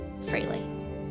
freely